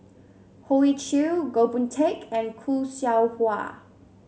Hoey Choo Goh Boon Teck and Khoo Seow Hwa